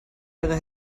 ihre